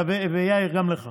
ויאיר, גם לך.